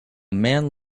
man